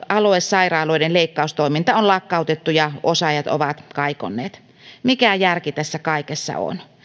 aluesairaaloiden leikkaustoiminta on lakkautettu ja osaajat ovat kaikonneet mikä järki tässä kaikessa on